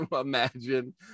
imagine